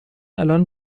الان